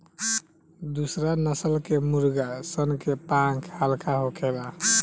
दुसरा नस्ल के मुर्गा सन के पांख हल्का होखेला